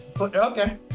Okay